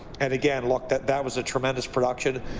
and, again, look, that that was a tremendous production.